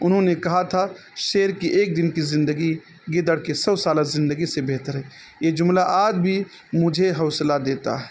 انہوں نے کہا تھا شیر کی ایک دن کی زندگی گیدڑ کے سو سالہ زندگی سے بہتر ہے یہ جملہ آج بھی مجھے حوصلہ دیتا ہے